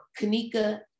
kanika